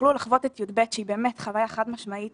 יוכלו לחוות את י"ב שהיא באמת חוויה חד משמעית